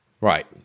Right